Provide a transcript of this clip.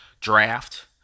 draft